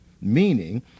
meaning